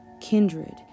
kindred